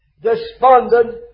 despondent